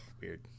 weird